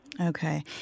Okay